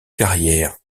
carrière